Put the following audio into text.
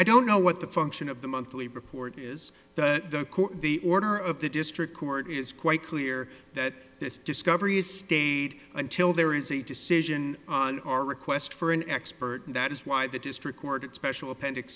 i don't know what the function of the monthly report is the order of the district court is quite clear that this discovery is stayed until there is a decision on our request for an expert and that is why the district court special appendix